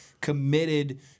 committed